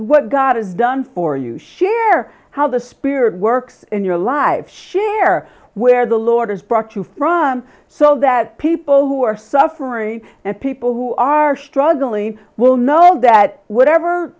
what god has done for you share how the spirit works in your lives share where the lord has brought you from so that people who are suffering and people who are struggling will know that whatever